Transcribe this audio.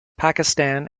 pakistan